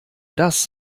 das